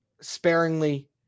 sparingly